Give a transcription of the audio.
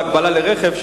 בהקבלה לרכב,